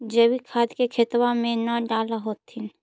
जैवीक खाद के खेतबा मे न डाल होथिं?